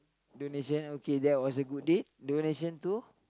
donation okay that was a good deed donation too